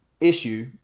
issue